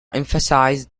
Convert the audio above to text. emphasized